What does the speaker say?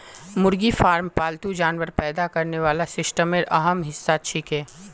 मुर्गी फार्म पालतू जानवर पैदा करने वाला सिस्टमेर अहम हिस्सा छिके